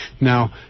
Now